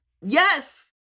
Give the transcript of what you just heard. Yes